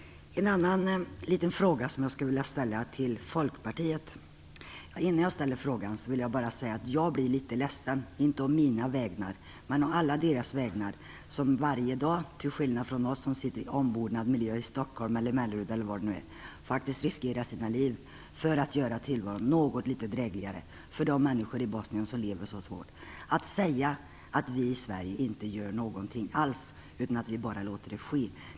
En annan liten fråga skulle jag vilja ställa till Folkpartiet. Innan jag ställer frågan vill jag bara säga att jag blir litet ledsen, inte å mina vägnar, men å alla deras vägnar som varje dag, till skillnad från oss som sitter i ombonad miljö i Stockholm, Mellerud eller var det nu är, faktiskt riskerar sina liv för att göra tillvaron något litet drägligare för de människor i Bosnien som lever under så svåra förhållanden, när det sägs att vi i Sverige inte gör någonting alls, utan att vi bara låter det ske.